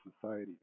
society